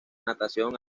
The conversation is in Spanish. natación